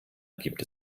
gibt